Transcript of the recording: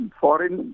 foreign